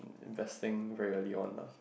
does thing really on a